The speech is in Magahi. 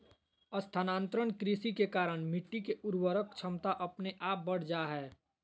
स्थानांतरण कृषि के कारण मिट्टी के उर्वरक क्षमता अपने आप बढ़ जा हय